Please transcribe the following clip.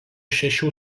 šešių